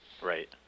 Right